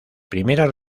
primeras